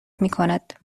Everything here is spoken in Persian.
میکند